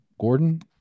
Gordon